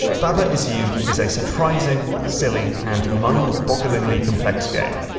baba is you is a surprising, silly, and mind-bogglingly complex game.